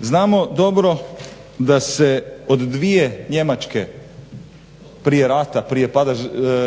Znamo dobro da se od dvije Njemačke prije rata, prije pada